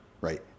right